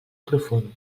profund